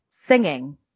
singing